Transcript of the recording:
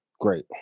great